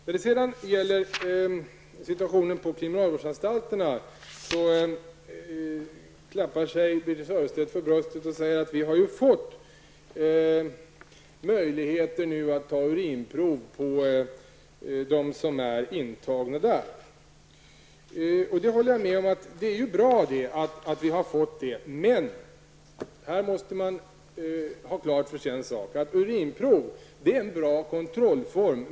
När det gäller situationen på kriminalvårdsanstalterna klappar sig Birthe Sörestedt för bröstet och säger att det nu finns möjligheter att göra urinprov på de intagna. Jag håller med om att det är bra att den möjligheten finns. Men vi måste ha klart för oss följande. Urinprov är en bra kontrollform.